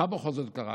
מה בכל זאת קרה?